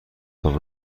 تاپ